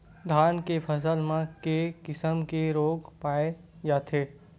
धान के फसल म के किसम के रोग पाय जाथे?